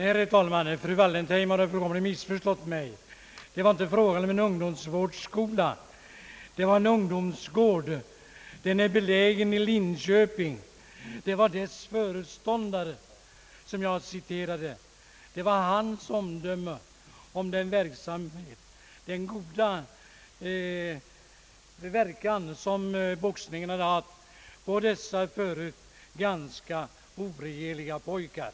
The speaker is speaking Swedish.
Herr talman! Fru Wallentheim har fullständigt missförstått mig. Det var inte fråga om en ungdomsvårdsskola. Det gällde en ungdomsgård i Linköping, och det var ett uttalande av föreståndaren för denna som jag refererade. Denne vittnade om den goda verkan som boxningen hade haft på dessa förut ganska oregerliga pojkar.